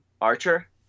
Archer